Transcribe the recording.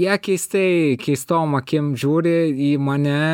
jie keistai keistom akim žiūri į mane